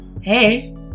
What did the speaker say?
Hey